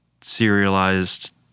serialized